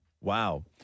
Wow